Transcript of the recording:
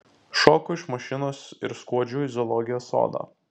šoku iš mašinos ir skuodžiu į zoologijos sodą